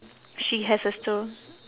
she has a stro~